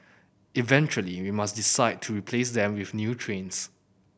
eventually we must decide to replace them with new trains